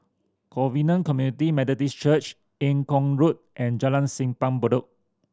Covenant Community Methodist Church Eng Kong Road and Jalan Simpang Bedok